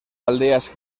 aldeas